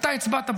אתה הצבעת בעד,